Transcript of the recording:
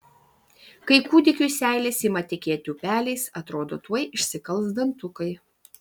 kai kūdikiui seilės ima tekėti upeliais atrodo tuoj išsikals dantukai